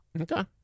Okay